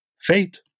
fate